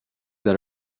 that